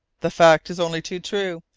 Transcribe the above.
the fact is only too true,